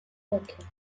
pocket